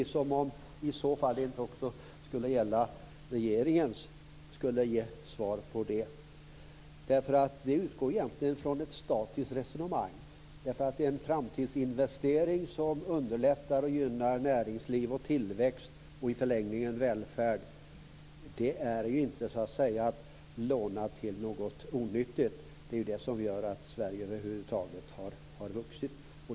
Skulle det i så fall inte gälla också regeringen att svara på den frågan? Det här utgår egentligen från ett statiskt resonemang därför att det är en framtidsinvestering som underlättar och gynnar näringsliv och tillväxt och i förlängningen välfärd. Det här är inte att låna till något onyttigt. Det är det här som gör att Sverige över huvud taget har vuxit.